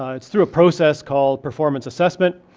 ah it's through a process called performance assessment.